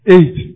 Eight